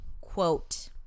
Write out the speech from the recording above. quote